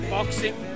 Boxing